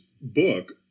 book